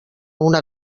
una